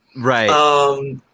Right